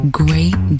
great